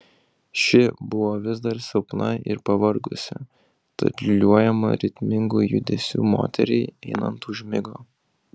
ši buvo vis dar silpna ir pavargusi tad liūliuojama ritmingų judesių moteriai einant užmigo